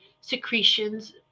secretions